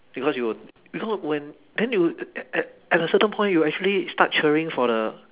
because you will no when then you a~ at at a certain point you actually start cheering for the